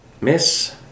Miss